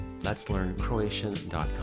letslearncroatian.com